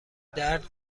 درد